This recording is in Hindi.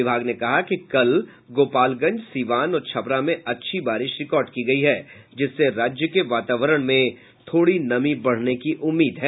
विभाग ने कहा कि कल गोपालगंज सीवान और छपरा में अच्छी बारिश रिकार्ड की गयी है जिससे राज्य के वातावरण में थोड़ी नमी बढ़ने की उम्मीद है